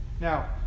Now